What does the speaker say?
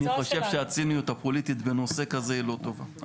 אני חושב שהציניות הפוליטית בנושא כזה היא לא טובה.